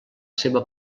seva